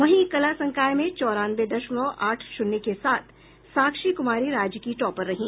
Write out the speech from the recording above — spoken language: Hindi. वहीं कला संकाय में चौरानवे दशमलव आठ शून्य के साथ साक्षी कुमारी राज्य की टॉपर रहीं